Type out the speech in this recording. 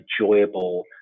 enjoyable